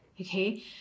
Okay